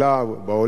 בעולם.